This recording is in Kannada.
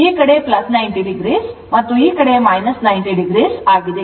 ಈ ಕಡೆ 90o ಮತ್ತು ಈ ಕಡೆ 90o ಆಗಿದೆ